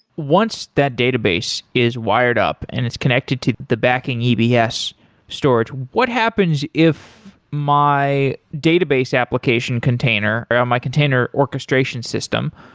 once that database is wired up and it's connected to the backing ebs storage, what happens if my database application container, or my container orchestration system.